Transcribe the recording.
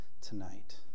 tonight